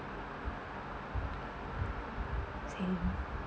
same